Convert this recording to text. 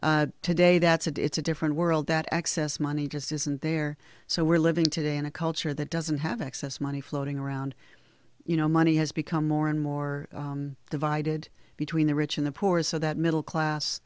today that's it it's a different world that excess money just isn't there so we're living today in a culture that doesn't have excess money floating around you know money has become more and more divided between the rich and the poor so that middle